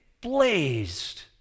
blazed